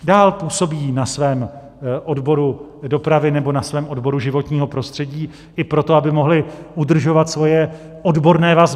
Dál působí na svém odboru dopravy nebo na svém odboru životního prostředí, i proto, aby mohli udržovat svoje odborné vazby.